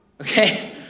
Okay